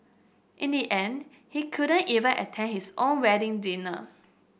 in the end he couldn't even attend his own wedding dinner